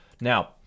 now